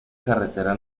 carretera